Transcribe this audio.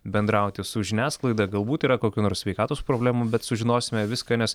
bendrauti su žiniasklaida galbūt yra kokių nors sveikatos problemų bet sužinosime viską nes